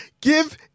give